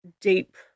deep